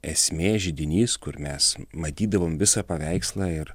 esmė židinys kur mes matydavom visą paveikslą ir